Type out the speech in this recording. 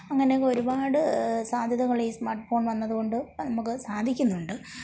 അങ്ങനെ ഒരുപാട് സാധ്യതകൾ സ്മാർട്ട് ഫോൺ വന്നത് കൊണ്ട് നമുക്ക് സാധിക്കുന്നുണ്ട്